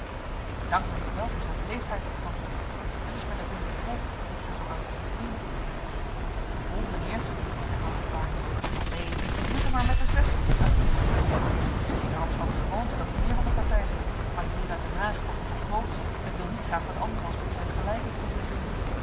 ik bedank mijnheer wel voor zijn beleefdheid antwoordde ik het is mij daarbinnen te vol en ik ga zoo aanstonds heen vol mijnheer herhaalde de waard wel neen zij zitten maar metter zessen daar gunter in den koepel t is zeker anders wel de gewoonte datter meer van de partij zijn maar die heer uit den haag valt nogal grootsch en wil niet graag met anderen als met zijns gelijken converseeren